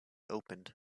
opened